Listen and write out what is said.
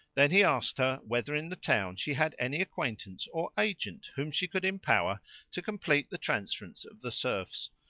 then he asked her whether in the town she had any acquaintance or agent whom she could empower to complete the transference of the serfs,